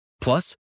Plus